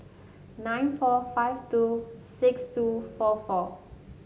nine four five two six two four four